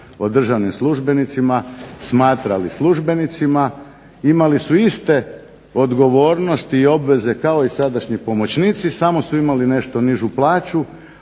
o državnim službenicima smatrali službenicima, imali su iste odgovornosti i obveze kao sadašnji pomoćnici samo su imali nešto nižu plaću,